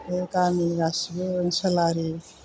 बे गामि गासिबो ओनसोलारि